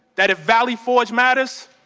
that if valley force matters,